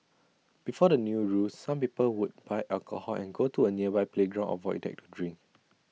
before the new rules some people would buy alcohol and go to A nearby playground or void deck to drink